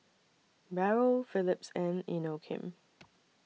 Barrel Phillips and Inokim